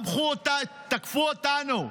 תקפו אותנו,